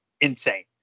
insane